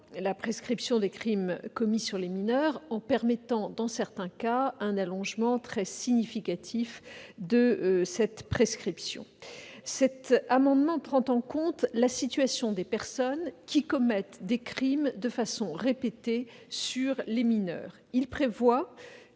la prescription des crimes commis sur les mineurs, en permettant, dans certains cas, un allongement très significatif de cette prescription. Il prend en compte la situation des personnes qui commettent des crimes de façon répétée sur les mineurs. Il prévoit